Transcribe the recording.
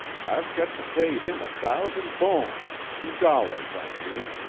i've got to pay him a thousand bones dollars, i mean.